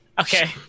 Okay